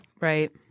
Right